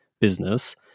business